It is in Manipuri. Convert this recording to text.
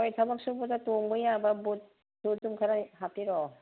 ꯍꯣꯏ ꯊꯕꯛ ꯁꯨꯕꯗ ꯇꯣꯡꯕ ꯌꯥꯕ ꯕꯨꯠꯁꯨ ꯑꯗꯨꯝ ꯈꯔ ꯍꯥꯞꯄꯤꯔꯣ